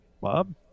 Bob